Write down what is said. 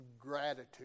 gratitude